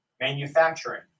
manufacturing